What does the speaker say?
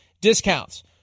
discounts